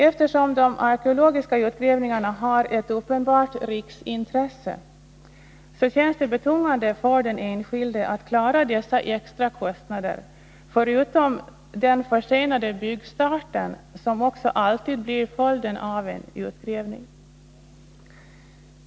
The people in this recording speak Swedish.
Eftersom de arkeologiska utgrävningarna har ett uppenbart riksintresse, känns det betungande för den enskilde att klara dessa extra kostnader, förutom den försenade byggstarten, som också alltid blir följden av en utgrävning.